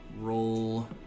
roll